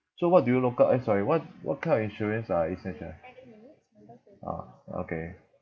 so what do you look up eh sorry what what kind of insurance are essential ah okay